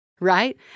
Right